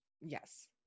yes